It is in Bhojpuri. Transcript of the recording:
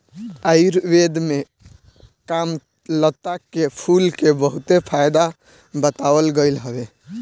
आयुर्वेद में कामलता के फूल के बहुते फायदा बतावल गईल हवे